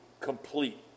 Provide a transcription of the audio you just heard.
complete